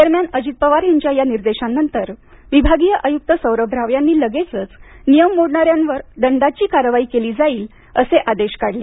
दरम्यान अजित पवार यांच्या या निर्देशांनंतर विभागीय आयुक्त सौरभ राव यांनी लगेचच नियम मोडणाऱ्यावर दंडाची कारवाई केली जाईल असे आदेश काढले